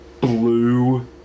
blue